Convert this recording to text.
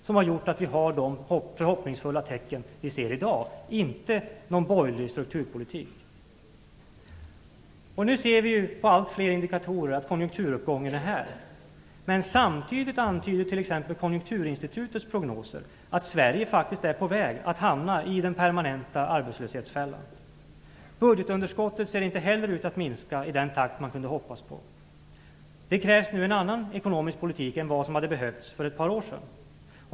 Det, och inte någon borgerlig strukturpolitik, har gjort att vi ser hoppfulla tecken i dag. Nu ser vi allt fler indikatorer på att konjunkturuppgången är här. Samtidigt antyder t.ex. Konjunkturinstitutets prognoser att Sverige faktiskt är på väg att hamna i den permanenta arbetslöshetsfällan. Budgetunderskottet ser inte heller ut att minska i den takt som man kunde hoppas på. Det krävs nu en annan ekonomisk politik än vad som hade behövts för ett par år sedan.